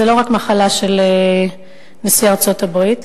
זו לא רק מחלה של נשיא ארצות-הברית,